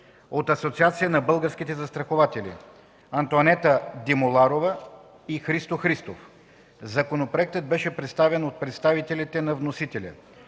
от Асоциация на българските застрахователи: Антоанета Димоларова и Христо Христов. Законопроектът беше представен от представителите на вносителя.